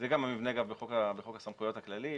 זה גם המבנה בחוק הסמכויות הכללי,